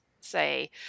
say